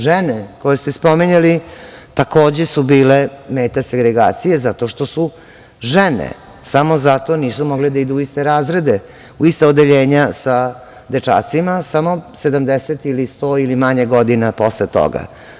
Žene koje ste spominjali, takođe su bile meta segregacije, zato što su žene, samo zato nisu mogle da idu u iste razrede, u ista odeljenja sa dečacima, samo 70 ili 100 godina posle toga.